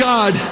God